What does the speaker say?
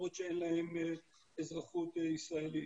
למרות שאין להם אזרחות ישראלית.